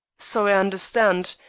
so i understand.